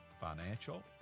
financial